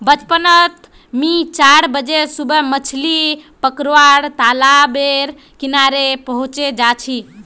बचपन नोत मि चार बजे सुबह मछली पकरुवा तालाब बेर किनारे पहुचे जा छी